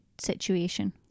situation